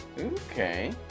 Okay